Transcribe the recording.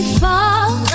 fall